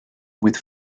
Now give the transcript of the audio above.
with